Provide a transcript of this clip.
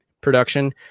production